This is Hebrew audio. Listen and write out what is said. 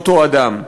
באותו אדם.